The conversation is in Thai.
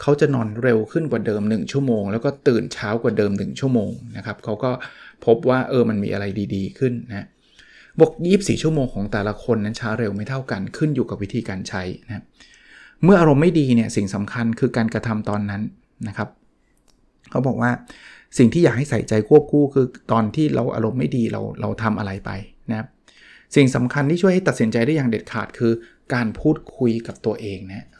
เขาจะนอนเร็วขึ้นกว่าเดิมหนึ่งชั่วโมง แล้วก็ตื่นเช้ากว่าเดิมหนึ่งชั่วโมงนะครับ เขาก็พบว่าเออมันมีอะไรดีๆขึ้นนะ บอก 24 ชั่วโมงของแต่ละคนนั้นช้าเร็วไม่เท่ากัน ขึ้นอยู่กับวิธีการใช้นะ เมื่ออารมณ์ไม่ดีเนี่ยสิ่งสำคัญคือการกระทำตอนนั้นนะครับ เขาบอกว่าสิ่งที่อยากให้ใส่ใจควบคู่คือตอนที่เราอารมณ์ไม่ดีเรา- เราทำอะไรไปนะครับ สิ่งสำคัญที่ช่วยให้ตัดสินใจได้อย่างเด็ดขาดคือการพูดคุยกับตัวเองนะ